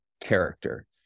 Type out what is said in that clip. character